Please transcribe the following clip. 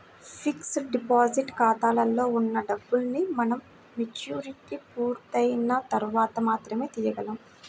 fixed deposit ఖాతాలో ఉన్న డబ్బుల్ని మనం మెచ్యూరిటీ పూర్తయిన తర్వాత మాత్రమే తీయగలం